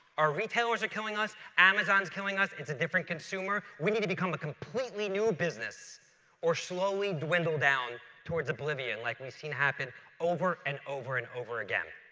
our retailers are killing us. amazon is killing us. it's a different consumer. we need to become a completely new business or slowly dwindle down towards oblivion like we've seen happen over and over and over again.